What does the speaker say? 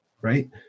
right